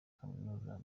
kaminuza